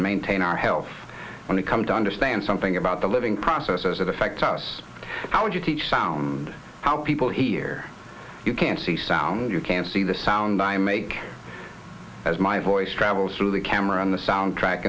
maintain our health when it comes to understand something about the living processes that affect us how would you teach sound how people here you can see sound you can see the sound i make as my voice travels through the camera on the sound track